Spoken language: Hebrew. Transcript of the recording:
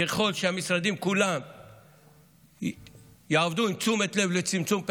ככל שהמשרדים כולם יעבדו עם תשומת לב לצמצום פערים,